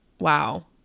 Wow